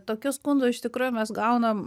tokių skundų iš tikrųjų mes gaunam